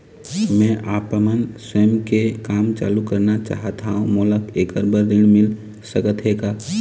मैं आपमन स्वयं के काम चालू करना चाहत हाव, मोला ऐकर बर ऋण मिल सकत हे का?